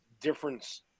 difference